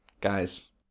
Guys